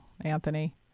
Anthony